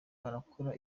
barakora